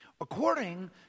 According